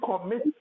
commit